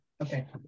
Okay